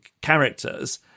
characters